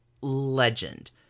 Legend